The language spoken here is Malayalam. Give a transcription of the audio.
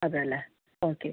അതെ അല്ലേ ഓക്കെ